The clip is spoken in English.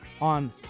on